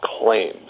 claims